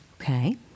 Okay